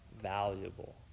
valuable